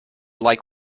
like